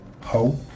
hope